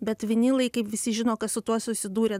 bet vinilai kaip visi žino kas su tuo susidūrė